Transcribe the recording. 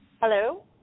Hello